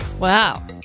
Wow